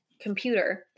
computer